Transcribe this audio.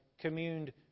communed